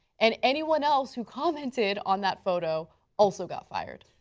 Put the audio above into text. and anyone else who commented on that photo also got fired.